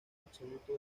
absoluto